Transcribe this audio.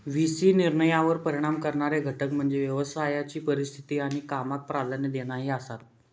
V C निर्णयांवर परिणाम करणारे घटक म्हणजे व्यवसायाची परिस्थिती आणि कामाक प्राधान्य देणा ही आसात